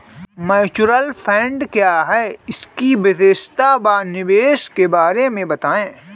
Mutual fund क्या है इसकी विशेषता व निवेश के बारे में बताइये?